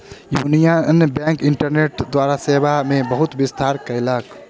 union Bank internet द्वारा सेवा मे बहुत विस्तार कयलक